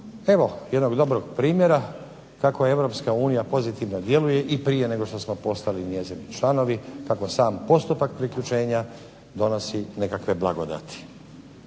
Evo jednog dobrog primjera kako EU pozitivno djeluje i prije nego što smo postali njezini članovi, kako sam postupak priključenja donosi nekakve blagodati.